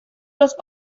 los